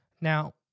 Now